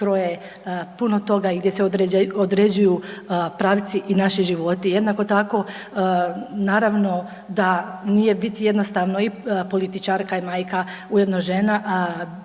gdje se kroje puno toga i gdje se određuju pravci i naši životi. Jednako tako naravno da nije biti jednostavno i političarka i majka, ujedno žena,